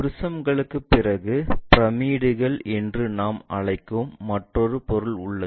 ப்ரிஸங்களுக்குப் பிறகு பிரமிடுகள் என்று நாம் அழைக்கும் மற்றொரு பொருள் உள்ளது